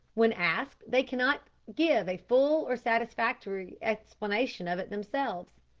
when asked, they cannot give a full or satisfactory explanation of it themselves.